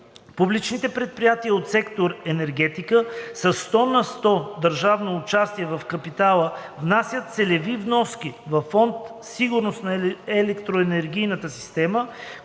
Публичните предприятия от сектор енергетика със 100 на сто държавно участие в капитала внасят целеви вноски във Фонд „Сигурност на електроенергийната система“,